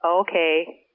Okay